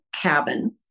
cabin